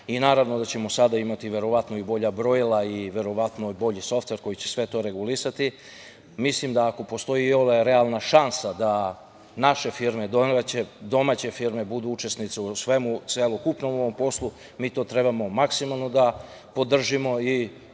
i naravno da ćemo sada imati verovatno i bolja brojila i verovatno bolji softver koji će sve to regulisati, mislim da ako postoji iole realna šansa da naše firme, domaće firme budu učesnice u celokupnom ovom poslu, mi to treba maksimalno da podržimo.